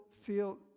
feel